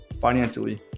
financially